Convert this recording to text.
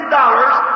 dollars